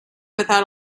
without